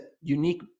unique